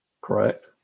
Correct